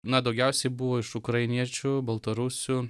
na daugiausiai buvo iš ukrainiečių baltarusių